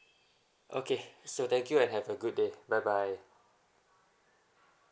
okay so thank you and have a good day bye bye